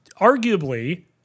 arguably